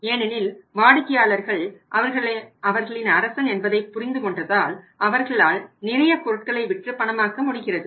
ஏனெனில் வாடிக்கையாளர்கள் அவர்களின் அரசன் என்பதை புரிந்து கொண்டதால் அவர்களால் நிறைய பொருட்களை விற்று பணமாக்க முடிகிறது